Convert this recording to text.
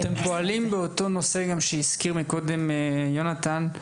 אתם פועלים באותו נושא גם שהזכיר מקודם יונתן,